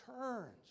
turns